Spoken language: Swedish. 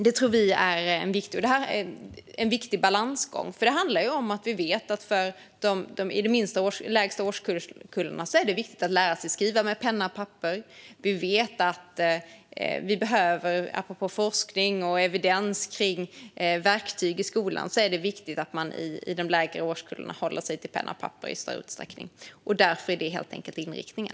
Det tror vi är en viktig balansgång. I de lägsta årskurserna är det viktigt att lära sig skriva med penna och papper. Apropå forskning och evidens när det gäller verktyg i skolan är det viktigt att man i de lägre årskullarna håller sig till penna och papper i större utsträckning. Därför är detta inriktningen.